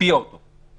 הקפיאה אותו בהסכמה.